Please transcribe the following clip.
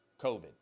COVID